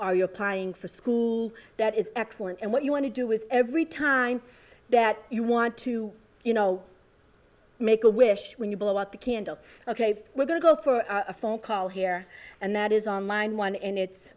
applying for school that is excellent and what you want to do with every time that you want to you know make a wish when you blow out the candle ok we're going to go for a phone call here and that is on line one and it's